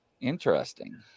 Interesting